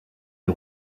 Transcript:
des